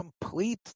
complete